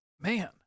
Man